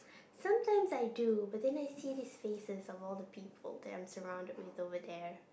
sometimes I do but then I see these faces of all the people that I'm surrounded with over there